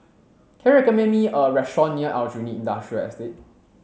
can you recommend me a restaurant near Aljunied Industrial Estate